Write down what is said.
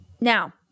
Now